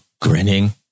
grinning